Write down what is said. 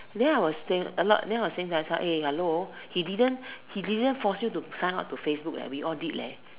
then I was saying a lot then I was saying like hello he didn't he didn't force you to sign up to Facebook we all did